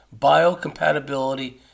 biocompatibility